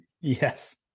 yes